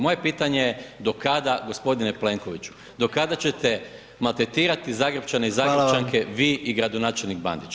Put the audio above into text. Moje pitanje je do kada g. Plenkoviću, do kada ćete maltretirati Zagrepčane i Zagrepčanke [[Upadica: Hvala vam]] vi i gradonačelnik Bandić?